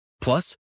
Plus